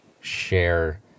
share